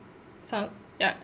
some ya